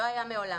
לא היה מעולם.